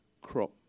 crop